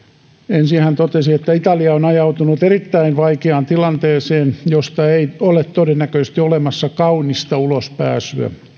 ensin hän totesi että italia on ajautunut erittäin vaikeaan tilanteeseen josta ei ole todennäköisesti olemassa kaunista ulospääsyä